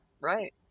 Right